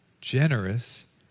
generous